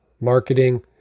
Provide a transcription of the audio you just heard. marketing